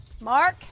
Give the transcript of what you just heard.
Mark